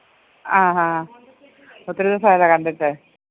ആ ഹാ ഒത്തിരി ദിവസമായല്ലൊ കണ്ടിട്ട്